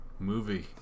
movie